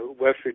West